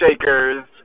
shakers